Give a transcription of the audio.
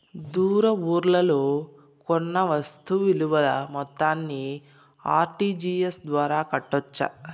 దూర ఊర్లలో కొన్న వస్తు విలువ మొత్తాన్ని ఆర్.టి.జి.ఎస్ ద్వారా కట్టొచ్చా?